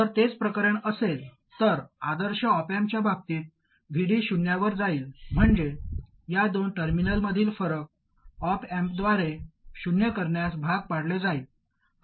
जर तेच प्रकरण असेल तर आदर्श ऑप अँपच्या बाबतीत Vd शून्यावर जाईल म्हणजे या दोन टर्मिनल्समधील फरक ओप अँपद्वारे शून्य करण्यास भाग पाडले जाईल